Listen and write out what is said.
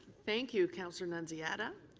thank you, councillor nunziata.